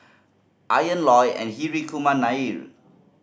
Ian Loy and Hri Kumar Nair